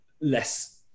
less